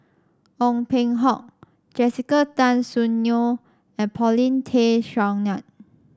Ong Peng Hock Jessica Tan Soon Neo and Paulin Tay Straughan